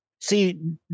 See